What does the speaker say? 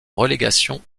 relégation